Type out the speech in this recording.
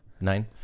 Nine